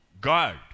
God